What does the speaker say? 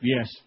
Yes